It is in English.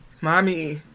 mommy